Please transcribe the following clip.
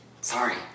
Sorry